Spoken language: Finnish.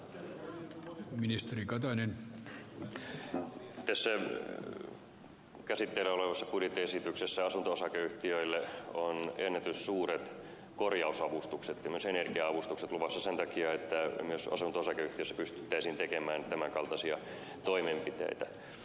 tässä käsitteillä olevassa budjettiesityksessä asunto osakeyhtiöille on ennätyssuuret korjausavustukset ja myös energia avustukset luvassa sen takia että myös asunto osakeyhtiössä pystyttäisiin tekemään tämän kaltaisia toimenpiteitä